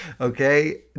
Okay